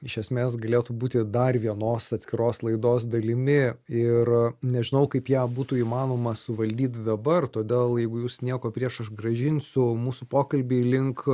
iš esmės galėtų būti dar vienos atskiros laidos dalimi ir nežinau kaip ją būtų įmanoma suvaldyt dabar todėl jeigu jūs nieko prieš aš grąžinsiu mūsų pokalbį link